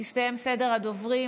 הסתיים סדר הדוברים,